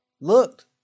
looked